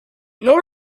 north